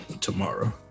tomorrow